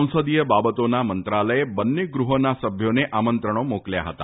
સંસદીય બાબતોના મંત્રાલયે બંને ગુફોના સભ્યોને આમંત્રણો મોકલ્યા ફતા